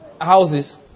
Houses